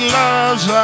loves